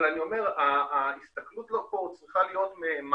אבל ההסתכלות צריכה להיות אזורית.